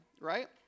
right